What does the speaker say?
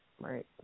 Right